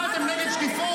מה, אתם נגד שקיפות?